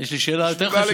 יש לי שאלה יותר חשובה.